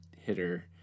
hitter